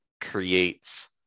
creates